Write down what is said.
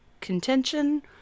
contention